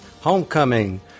Homecoming